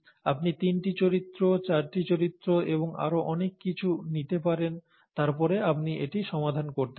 আপনি তিনটি চরিত্র চারটি চরিত্র এবং আরও অনেক কিছু নিতে পারেন তারপর আপনি এটি সমাধান করতে পারেন